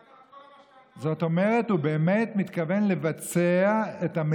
עכשיו גם, הוא לקח את כל